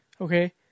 okay